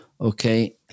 okay